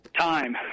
time